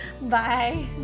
bye